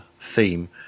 theme